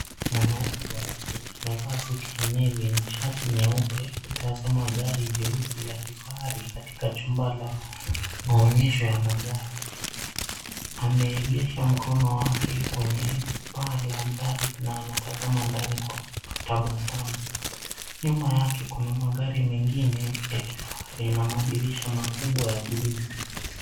Mwanaume mweusi amevaa suti ya nevi na shati nyeupe akitazama gari jeusi la kifahari katika chumba la maonyesho ya magari. Ameegesha mkono wake kwenye paa la gari na anatazama ndani kwa kutabasamu. Nyuma yake kuna magari mengine ya kifahari na madirisha makubwa ya glesi.